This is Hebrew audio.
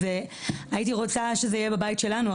הייתי רוצה שזה יהיה בבית שלנו,